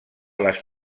les